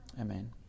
amen